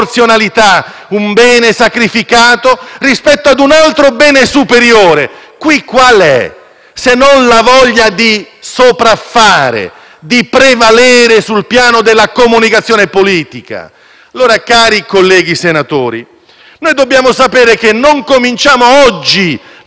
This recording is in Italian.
se non della voglia di sopraffare e prevalere sul piano della comunicazione politica? Cari colleghi senatori, dobbiamo sapere che non cominciamo oggi la vita politica, giuridica e giurisprudenziale. La giurisprudenza non è giusfollia: